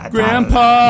Grandpa